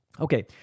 Okay